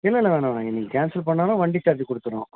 இல்லை இல்லை வேணாம் நீங்கள் கேன்சல் பண்ணாலும் வண்டி சார்ஜ் கொடுத்துறோம்